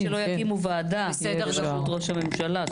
רק שלא יקימו ועדה בראשות ראש הממשלה.